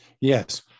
Yes